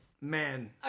Man